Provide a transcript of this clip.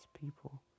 people